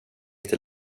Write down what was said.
inte